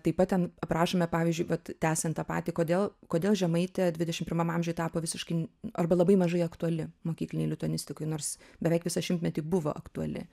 taip pat ten aprašome pavyzdžiui vat tęsiant tą patį kodėl kodėl žemaitė dvidešim pirmam amžiuj tapo visiškai arba labai mažai aktuali mokyklinėj lituanistikoj nors beveik visą šimtmetį buvo aktuali